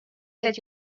that